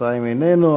בינתיים איננו.